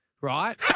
right